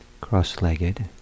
cross-legged